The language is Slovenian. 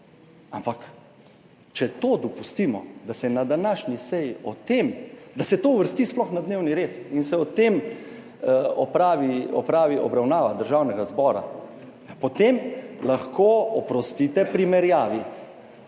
ampak če to dopustimo, da se na današnji seji o tem, da se to uvrsti sploh na dnevni red in se o tem opravi obravnava Državnega zbora, potem lahko, oprostite, primerjavi